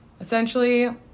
Essentially